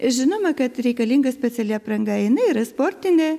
žinoma kad reikalinga speciali apranga jinai yra sportinė